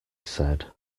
said